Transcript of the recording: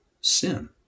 sin